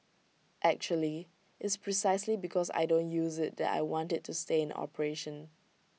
actually it's precisely because I don't use IT that I want IT to stay in operation